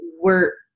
were-